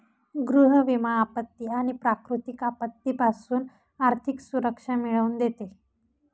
गृह विमा आपत्ती आणि प्राकृतिक आपत्तीपासून आर्थिक सुरक्षा मिळवून देते